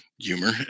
humor